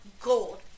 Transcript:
gold